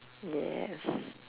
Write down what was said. yes